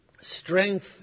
strength